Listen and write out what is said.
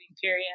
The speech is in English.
period